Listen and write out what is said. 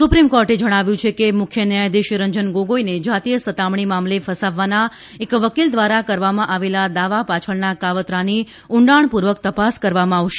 supreme કોર્ટે જણાવ્યું છે કે મુખ્ય ન્યાયાધીશ રંજન ગોગોઈને જાતીય સતામણી મામલે ફસાવાના એક વકીલ દ્વારા કરવામાં આવેલા દાવા પાછળના કાવતારાની ઊંડાણપૂર્વક તપાસ કરવામાં આવશે